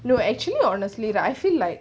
no actually honestly right I feel like